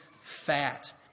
fat